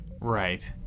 Right